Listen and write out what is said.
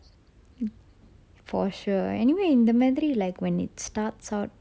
ya for sure anyway இந்த மாதிரி:intha madiri like when it starts out